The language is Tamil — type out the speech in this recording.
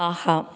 ஆஹா